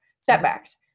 setbacks